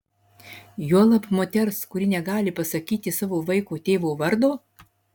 juolab moters kuri negali pasakyti savo vaiko tėvo vardo